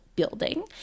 Building